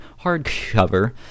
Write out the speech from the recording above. hardcover